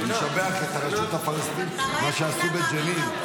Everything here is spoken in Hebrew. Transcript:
הוא משבח את הרשות הפלסטינית, מה שעשו בג'נין.